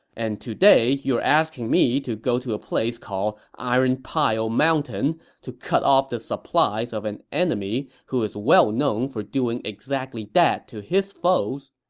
and today, you are asking me to go to a place called iron pile mountain to cut off the supplies of an enemy who is well known for doing exactly that to his foes.